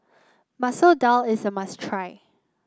Masoor Dal is a must try